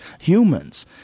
humans